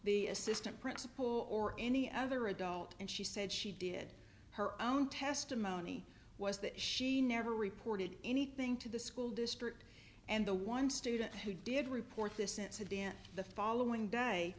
the assistant principal or any other adult and she said she did her own testimony was that she never reported anything to the school district and the one student who did report this incident the following day